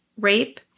rape